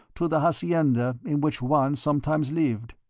to the hacienda in which juan sometimes lived.